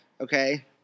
Okay